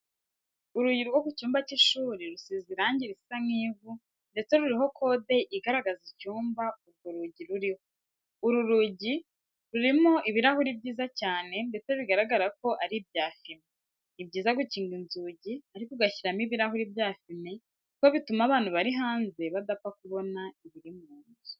Urugi rwo ku cyumba cy'ishuri rusize irangi risa nk'ivu ndetse ruriho code igaragaza icyumba urwo rugi ruriho. Uru rugi rurimo ibirahuri byiza cyane ndetse bigaragara ko ari ibya fime. Ni byiza gukinga inzugi ariko ugashyiramo ibirahuri bya fime kuko bituma abantu bari hanze badapfa kubona ibiri mu nzu.